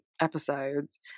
episodes